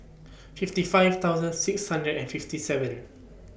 fifty five thousand six hundred and fifty seven